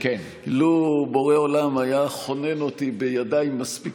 שלו בורא עולם היה חונן אותי בידיים מספיק